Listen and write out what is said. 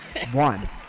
One